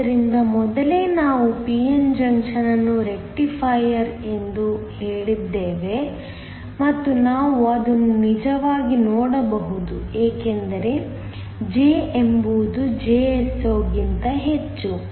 ಆದ್ದರಿಂದ ಮೊದಲೇ ನಾವು p n ಜಂಕ್ಷನ್ ಅನ್ನು ರೆಕ್ಟಿಫೈಯರ್ ಎಂದು ಹೇಳಿದ್ದೇವೆ ಮತ್ತು ನಾವು ಅದನ್ನು ನಿಜವಾಗಿ ನೋಡಬಹುದು ಏಕೆಂದರೆ J ಎಂಬುದು Jso ಗಿಂತ ಹೆಚ್ಚು